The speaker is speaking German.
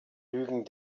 lügen